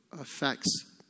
affects